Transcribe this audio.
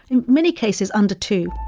in many cases, under two